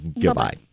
Goodbye